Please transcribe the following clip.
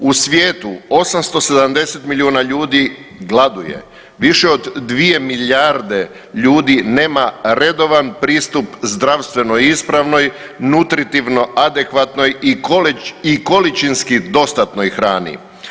U svijetu 870 milijuna ljudi gladuje, više od 2 milijarde ljudi nema redovan pristup zdravstveno ispravnoj nutritivno adekvatnoj i količinski dostatnoj hrani.